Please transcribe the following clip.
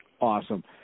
Awesome